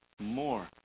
more